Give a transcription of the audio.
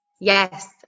Yes